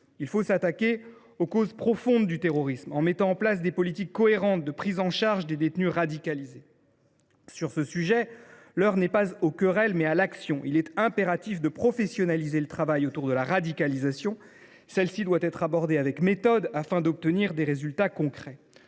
Il faut s’attaquer aux causes profondes du terrorisme en mettant en place des politiques cohérentes de prise en charge des détenus radicalisés. Sur ce sujet, l’heure n’est pas aux querelles, mais à l’action. Il est impératif de professionnaliser le travail autour de la radicalisation. Celle ci doit être abordée avec méthode afin d’obtenir des résultats concrets.